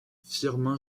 firmin